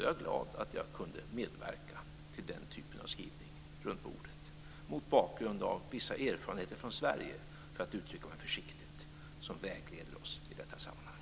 Jag är glad att jag kunde medverka till den typen av skrivning när vi satt där runt bordet; detta mot bakgrund av vissa erfarenheter från Sverige, försiktigt uttryckt, som vägleder oss i detta sammanhang.